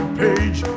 page